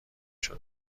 شده